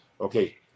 Okay